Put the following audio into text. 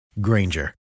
Granger